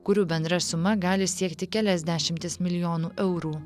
kurių bendra suma gali siekti kelias dešimtis milijonų eurų